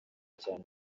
cyane